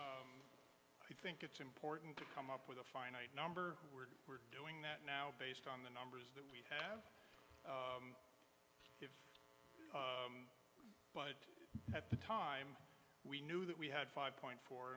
o i think it's important to come up with a finite number we're doing that now based on the numbers that we have but at the time we knew that we had five point four